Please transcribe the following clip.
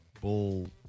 bull